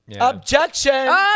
Objection